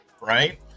right